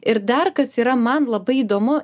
ir dar kas yra man labai įdomu